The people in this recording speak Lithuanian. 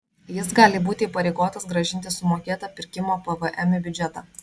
jis gali būti įpareigotas grąžinti sumokėtą pirkimo pvm į biudžetą